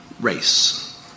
race